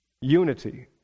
Unity